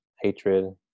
hatred